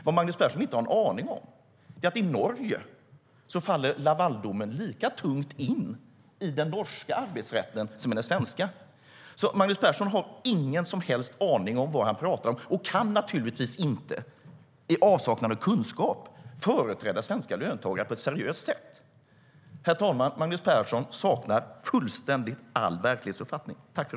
Vad Magnus Persson inte har en aning om är att Lavaldomen faller lika tungt in i den norska arbetsrätten som i den svenska. Herr talman! Magnus Persson saknar all verklighetsuppfattning.